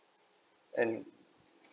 and